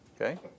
okay